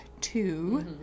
two